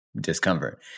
discomfort